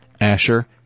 Asher